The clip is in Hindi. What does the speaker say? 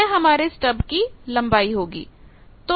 यह हमारे स्टब की लंबाई होगी